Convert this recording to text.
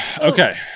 okay